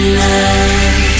love